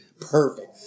perfect